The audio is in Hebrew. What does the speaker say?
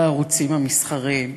בערוצים המסחריים,